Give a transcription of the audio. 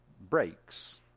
breaks